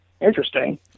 interesting